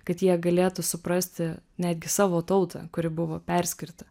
kad jie galėtų suprasti netgi savo tautą kuri buvo perskirta